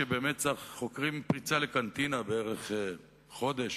שבמצ"ח חוקרים פריצה לקנטינה בערך חודש,